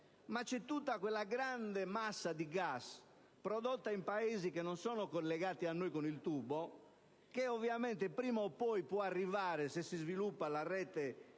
è poi tutta quella grande massa di gas prodotta in Paesi che non sono collegati all'Italia con un tubo, che ovviamente prima o poi potrà arrivare se si svilupperà la rete